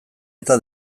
eta